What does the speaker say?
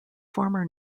former